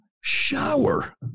shower